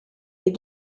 les